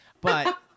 But-